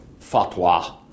fatwa